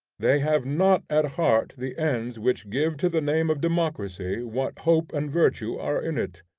they have not at heart the ends which give to the name of democracy what hope and virtue are in it.